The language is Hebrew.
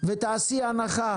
ותעשי הנחה